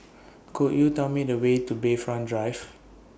Could YOU Tell Me The Way to Bayfront Drive